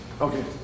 Okay